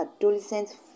adolescents